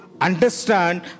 Understand